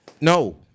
No